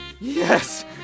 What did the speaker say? Yes